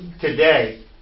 today